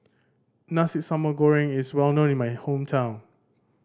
Nasi Sambal Goreng is well known in my hometown